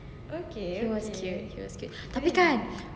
he was cute he was cute tapi kan